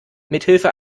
mithilfe